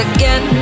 Again